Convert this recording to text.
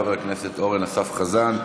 חבר הכנסת אורן אסף חזן,